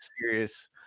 serious